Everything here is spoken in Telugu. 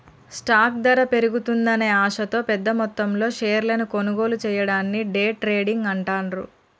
స్టాక్ ధర పెరుగుతుందనే ఆశతో పెద్దమొత్తంలో షేర్లను కొనుగోలు చెయ్యడాన్ని డే ట్రేడింగ్ అంటాండ్రు